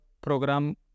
program